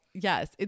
yes